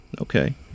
Okay